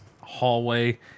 hallway